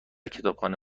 کتابخانه